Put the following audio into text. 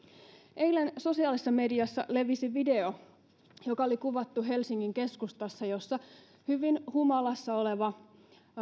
eilen sosiaalisessa mediassa levisi video joka oli kuvattu helsingin keskustassa ja jossa hyvin humalassa oleva